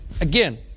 Again